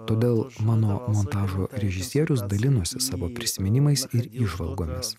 todėl mano montažo režisierius dalinosi savo prisiminimais ir įžvalgomis